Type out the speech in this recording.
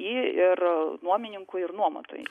i ir nuomininkui ir nuomotojui